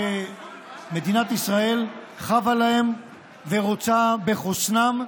שמדינת ישראל חבה להם ורוצה בחוסנם.